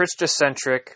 Christocentric